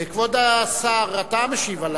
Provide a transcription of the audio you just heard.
כבוד השר, אתה משיב.